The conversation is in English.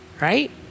right